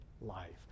life